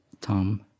Tom